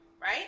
right